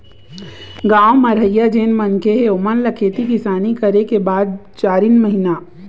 गाँव म रहइया जेन मनखे हे ओेमन ल खेती किसानी करे के बाद चारिन महिना